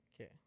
Okay